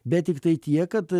bet tiktai tiek kad